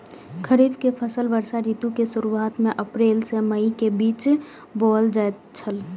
खरीफ के फसल वर्षा ऋतु के शुरुआत में अप्रैल से मई के बीच बौअल जायत छला